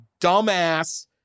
dumbass